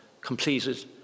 completed